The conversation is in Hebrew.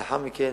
לאחר מכן